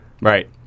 Right